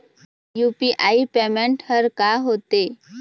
UPI payment हर का होते?